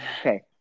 Okay